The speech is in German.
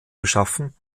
beschaffen